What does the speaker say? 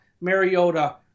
Mariota